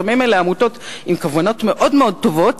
לפעמים אלה עמותות עם כוונות מאוד מאוד טובות.